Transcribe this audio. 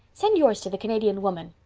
send yours to the canadian woman.